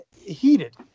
heated